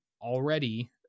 already